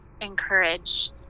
encourage